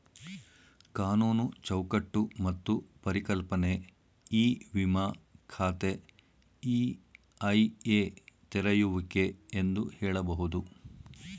ಕಾನೂನು ಚೌಕಟ್ಟು ಮತ್ತು ಪರಿಕಲ್ಪನೆ ಇ ವಿಮ ಖಾತೆ ಇ.ಐ.ಎ ತೆರೆಯುವಿಕೆ ಎಂದು ಹೇಳಬಹುದು